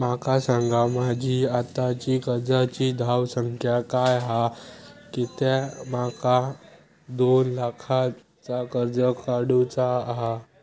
माका सांगा माझी आत्ताची कर्जाची धावसंख्या काय हा कित्या माका दोन लाखाचा कर्ज काढू चा हा?